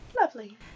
Lovely